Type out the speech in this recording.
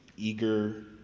eager